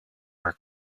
her